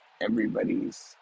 everybody's